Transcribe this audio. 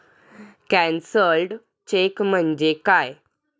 Cancelled cheque म्हणजे काय?